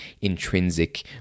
intrinsic